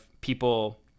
people